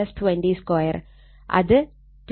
4 Ω എന്നാണ് വരുന്നത്